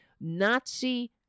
Nazi